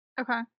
Okay